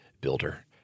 builder